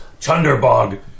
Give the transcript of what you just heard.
Chunderbog